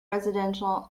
residential